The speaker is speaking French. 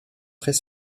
très